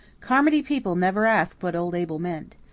carmody people never asked what old abel meant.